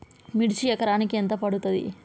మిర్చి ఎకరానికి ఎంత పండుతది?